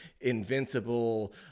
invincible